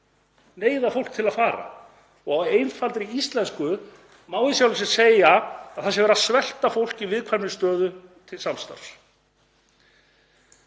neyða fólk til að fara. Á einfaldri íslensku má í sjálfu sér segja að það sé verið að svelta fólk í viðkvæmri stöðu til samstarfs.